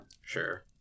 Sure